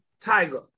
Tiger